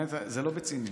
זה לא בציניות.